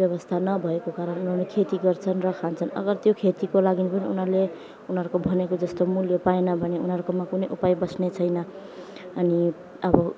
व्यवस्था नभएको कारणले उनीहरूले खेती गर्छन् र खान्छन् अगर त्यो खेतीको लागि पनि उनीहरूले उनीहरूको भनेको जस्तो मूल्य पाएन भने उनीहरूकोमा कुनै उपाय बच्ने छैन अनि अब